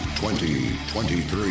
2023